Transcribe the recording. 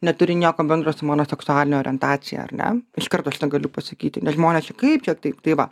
neturi nieko bendro su mano seksualine orientacija ar ne iš karto šitą galiu pasakyti nes žmonės čia kaip čia taip tai va